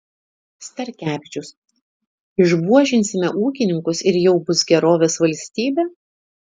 starkevičius išbuožinsime ūkininkus ir jau bus gerovės valstybė